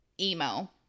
emo